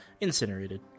incinerated